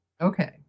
okay